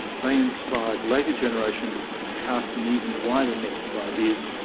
they inspired later generations to cast an even wider net of ideas,